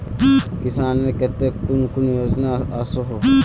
किसानेर केते कुन कुन योजना ओसोहो?